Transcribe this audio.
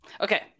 Okay